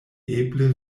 eble